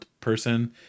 person